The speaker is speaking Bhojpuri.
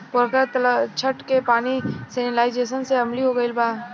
पोखरा के तलछट के पानी सैलिनाइज़ेशन से अम्लीय हो गईल बा